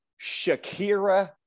Shakira